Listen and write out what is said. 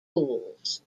pools